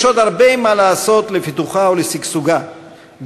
יש עוד הרבה מה לעשות לפיתוחה ולשגשוגה של אילת,